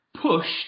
pushed